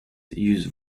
use